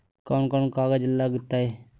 कौन कौन कागज लग तय?